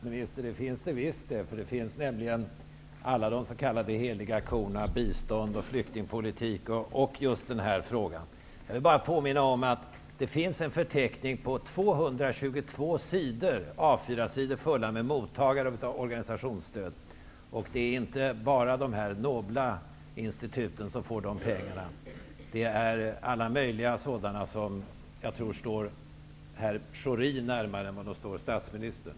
Herr talman! Jo, herr statsminister, det finns det visst, nämligen alla de s.k. heliga korna: bistånd, flyktingpolitik och just den här frågan. Jag vill bara påminna om att det finns en förteckning på 222 A4-sidor som är fulla med mottagare av organisationsstöd. Det är inte bara de nobla instituten som får dessa pengar. Det är alla möjliga organisationer som jag tror står Pierre Schori närmare än statsministern.